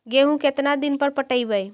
गेहूं केतना दिन पर पटइबै?